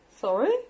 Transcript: Sorry